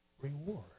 reward